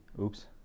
oops